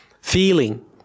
feeling